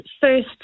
first